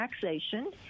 taxation